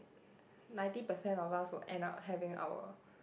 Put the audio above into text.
ninety percent of us will end up having our